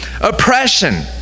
oppression